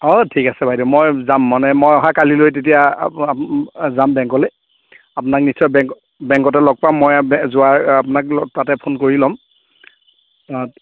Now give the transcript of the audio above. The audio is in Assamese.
অ' ঠিক আছে বাইদেউ মই যাম মানে মই অহা কালিলৈ তেতিয়া যাম বেংকলৈ আপোনাক নিশ্চয় বেংক বেংকতে লগ পাম মই যোৱাৰ আপোনাক তাতে ফোন কৰি ল'ম অ'